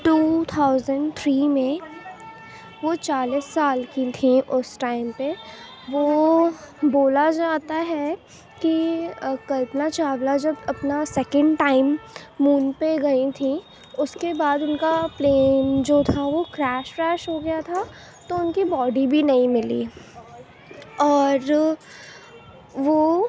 to thousand three میں وہ چالیس سال کی تھیں اس ٹائم پہ وہ بولا جاتا ہے کہ کلپنا چاؤلا جب اپنا سکینڈ ٹائم مون پہ گئی تھیں اس کے بعد ان کا پلین جو تھا وہ کریش وریش ہوگیا تھا تو ان کی باڈی بھی نہیں ملی اور وہ